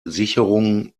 sicherungen